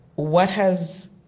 what has